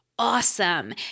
Awesome